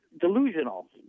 delusional